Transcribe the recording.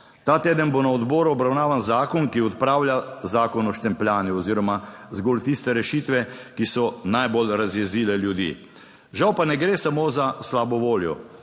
Ta teden bo na odboru obravnavan zakon, ki odpravlja zakon o štempljanju oziroma zgolj tiste rešitve, ki so najbolj razjezile ljudi. Žal pa ne gre samo za slabo voljo.